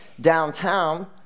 downtown